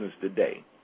today